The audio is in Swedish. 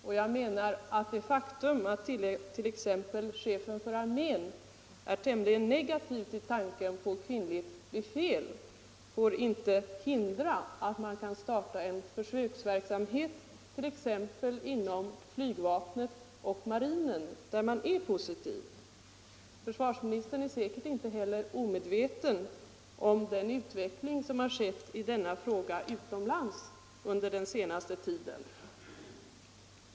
Men jag menar att det faktum att t.ex. chefen för armén är tämligen negativ till tanken på kvinnligt befäl inte får hindra en försöksverksamhet inom exempelvis flygvapnet och marinen, där man är positiv. Försvarsministern är säkert inte heller omedveten om den utveckling som har skett i denna fråga utomlands under den senaste tiden.